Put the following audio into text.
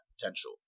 Potential